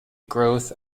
growth